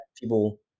people